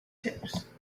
tips